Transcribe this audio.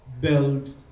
build